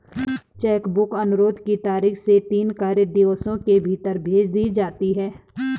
check book अनुरोध की तारीख से तीन कार्य दिवसों के भीतर भेज दी जाती है